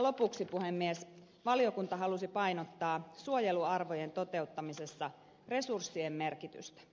lopuksi puhemies valiokunta halusi painottaa suojeluarvojen toteuttamisessa resurssien merkitystä